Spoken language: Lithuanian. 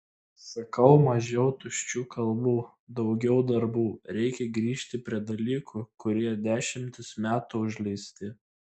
sakau mažiau tuščių kalbų daugiau darbų reikia grįžt prie dalykų kurie dešimtis metų užleisti